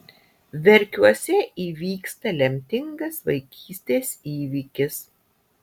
verkiuose įvyksta lemtingas vaikystės įvykis